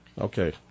Okay